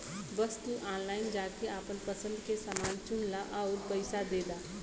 बस तू ऑनलाइन जाके आपन पसंद के समान चुनला आउर पइसा दे दा